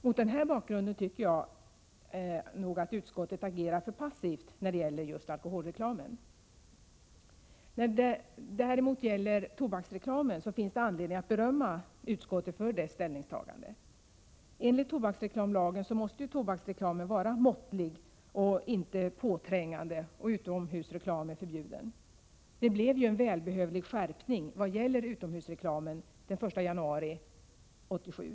Mot den här bakgrunden tycker jag att utskottet agerar för passivt när det gäller alkoholreklamen. När det däremot gäller tobaksreklamen finns det anledning att berömma utskottet för dess ställningstagande. Enligt tobaksreklamlagen måste ju tobaksreklamen vara måttlig och får inte vara påträngande, och utomhusreklam är förbjuden. Det blev en välbehövlig skärpning vad gäller utomhusreklamen den 1 januari 1987.